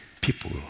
people